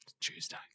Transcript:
Tuesday